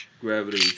Gravity